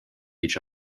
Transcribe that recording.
each